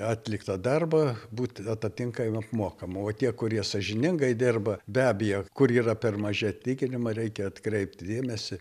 atliktą darbą būti atitinkamai apmokama o tie kurie sąžiningai dirba be abejo kur yra per maži atlyginimai reikia atkreipti dėmesį